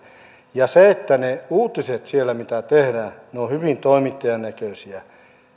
ja ne uutiset siellä mitä tehdään ovat hyvin toimittajan näköisiä